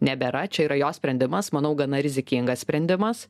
nebėra čia yra jos sprendimas manau gana rizikingas sprendimas